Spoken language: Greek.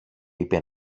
είπε